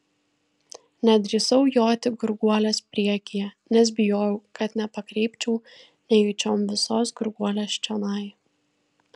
nedrįsau joti gurguolės priekyje nes bijojau kad nepakreipčiau nejučiom visos gurguolės čionai